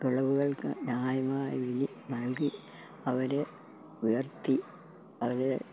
വിളവുകൾക്ക് ന്യായമായ വില നൽകി അവരെ ഉയർത്തി അവരെ